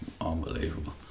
Unbelievable